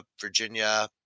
virginia